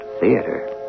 theater